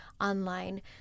online